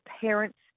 parents